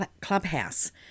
Clubhouse